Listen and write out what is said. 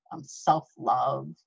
self-love